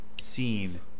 seen